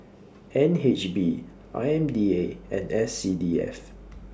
N H B I M D A and S C D F